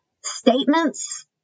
Statements